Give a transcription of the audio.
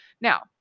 Now